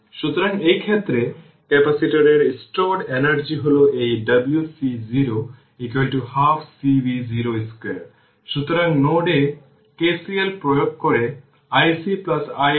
সুতরাং ক্যাপাসিটরে stored initial energy শেষ পর্যন্ত রেজিস্টর এর মধ্যে ডিসিপেট হয়ে পড়ে